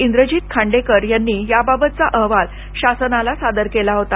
इंदजित खांडेकर या बाबतचा अहवाल शासनाला सादर केला होता